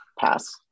Pass